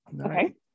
Okay